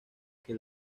que